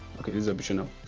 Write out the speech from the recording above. okay it's optional.